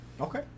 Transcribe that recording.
Okay